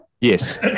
Yes